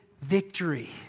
victory